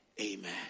Amen